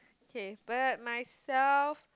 okay but myself